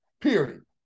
Period